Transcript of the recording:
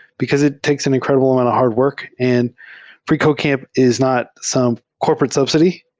because it takes an incred ible amount of hard work, and freecodecamp is not some corporate subsidy.